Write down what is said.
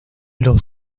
los